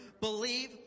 believe